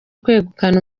kwegukana